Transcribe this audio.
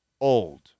old